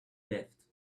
left